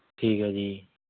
ਠੀਕ ਹੈ ਜੀ